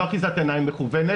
לא אחיזת עיניים מכוונת,